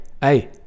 hey